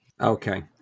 Okay